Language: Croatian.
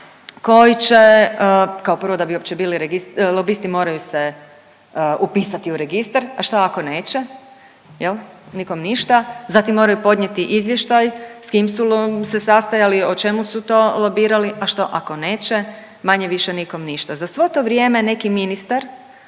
koji će, kao prvo da bi uopće bili lobisti moraju se upisati u registar, a šta ako neće jel, nikom ništa, zatim moraju podnijeti izvještaj s kim su se sastajali, o čemu su to lobirali, a što ako neće, manje-više nikom ništa. Za sve to vrijeme neki ministar